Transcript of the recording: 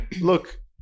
Look